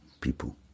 people